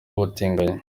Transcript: ubutinganyi